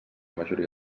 majoria